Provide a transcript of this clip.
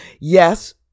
Yes